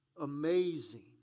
amazing